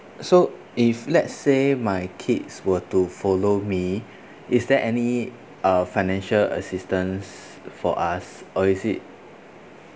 so if let's say my kids were to follow me is there any uh financial assistance for us or is it